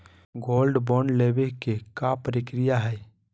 Gold bond लेवे के का प्रक्रिया हई?